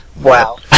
Wow